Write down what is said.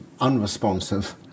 unresponsive